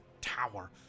tower